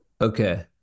Okay